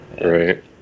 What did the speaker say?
Right